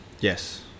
Yes